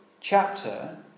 chapter